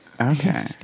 Okay